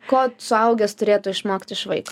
ko suaugęs turėtų išmokt iš vaiko